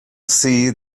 see